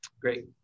Great